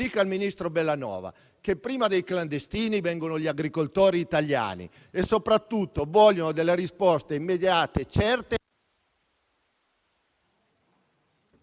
Dica al ministro Bellanova che prima dei clandestini vengono gli agricoltori italiani, che soprattutto vogliono risposte immediate e certe.